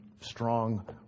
strong